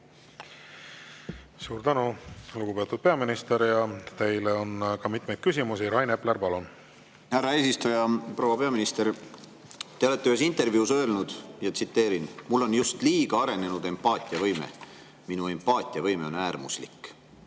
Suur tänu, lugupeetud peaminister! Teile on ka mitmeid küsimusi. Rain Epler, palun! Härra eesistuja! Proua peaminister! Te olete ühes intervjuus öelnud, tsiteerin: "Mul on just liiga arenenud empaatiavõime. Minu empaatiavõime on äärmuslik."